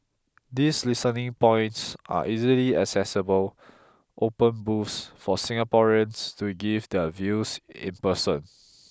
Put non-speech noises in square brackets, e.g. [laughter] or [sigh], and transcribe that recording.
these listening points are easily accessible open booths for Singaporeans to give their views in person [noise]